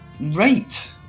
Right